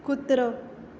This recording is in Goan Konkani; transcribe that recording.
कुत्रो